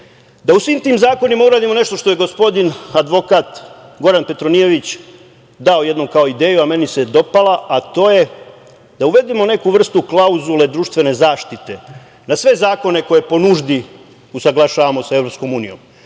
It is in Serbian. da u svim tim zakonima uradimo nešto što je gospodin advokat Goran Petronijević dao jednom kao ideju, a meni se dopala, a to je da uvedemo neku vrstu klauzule društvene zaštite, da sve zakone koje po nuždi usaglašavamo sa EU,